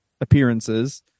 appearances